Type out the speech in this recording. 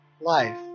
life